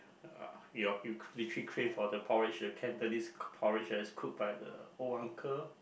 you you literally crave for the porridge the Cantonese porridge that is cooked by the old uncle